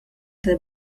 tal